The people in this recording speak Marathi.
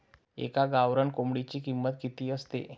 एका गावरान कोंबडीची किंमत किती असते?